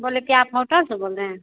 बोले क्या आप होटल से बोल रहै हैं